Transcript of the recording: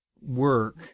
work